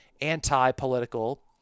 anti-political